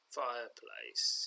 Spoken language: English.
fireplace